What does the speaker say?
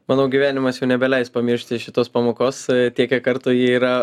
mano gyvenimas jau nebeleis pamiršti šitos pamokos tiek kiek kartų ji yra